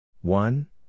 One